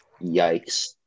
Yikes